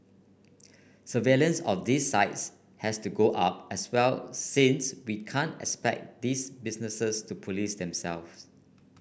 surveillance of these sites has to go up as well since we can't expect these businesses to police themselves